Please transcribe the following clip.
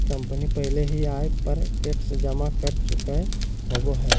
company पहले ही आय पर टैक्स जमा कर चुकय होबो हइ